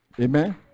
amen